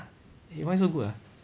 eh why so good ah